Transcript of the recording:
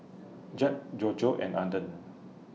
Jeb Georgette and Arden